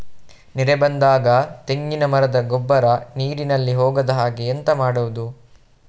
ನೆರೆ ಬಂದಾಗ ತೆಂಗಿನ ಮರದ ಗೊಬ್ಬರ ನೀರಿನಲ್ಲಿ ಹೋಗದ ಹಾಗೆ ಎಂತ ಮಾಡೋದು?